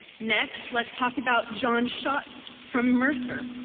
next let's talk about john schott from mercer,